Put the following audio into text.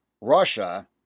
Russia